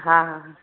हा